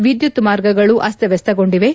ವಿದ್ಯುತ್ ಮಾರ್ಗಗಳು ಅಸ್ತವ್ಯಸ್ಥಗೊಂಡಿವೆ